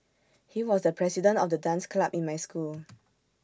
he was the president of the dance club in my school